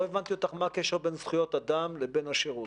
מה הקשר בין זכויות אדם לבין השירות?